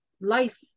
life